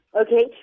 okay